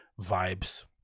vibes